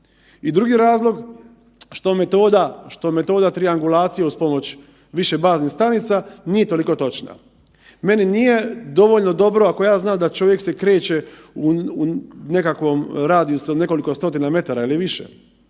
I drugi razlog što metoda triangulacije uz pomoć više baznih stanica nije toliko točna. Meni nije dovoljno dobro ako ja znam da čovjek se kreće u nekakvom radijusu od nekoliko stotina metara ili više,